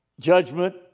Judgment